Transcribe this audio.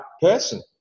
person